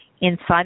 inside